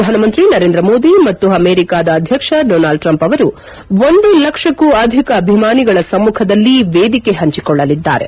ಪ್ರಧಾನಮಂತ್ರಿ ನರೇಂದ್ರ ಮೋದಿ ಮತ್ತು ಅಮೆರಿಕದ ಅಧ್ಯಕ್ಷ ಡೊನಾಲ್ಡ್ ಟ್ರಂಪ್ ಅವರು ಒಂದು ಲಕ್ಷಕ್ತೂ ಅಧಿಕ ಅಭಿಮಾನಿಗಳ ಸಮ್ಮಖದಲ್ಲಿ ವೇದಿಕೆ ಪಂಚಿಕೊಳ್ಳಲಿದ್ದಾರೆ